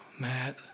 Matt